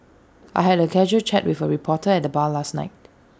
I had A casual chat with A reporter at the bar last night